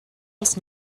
els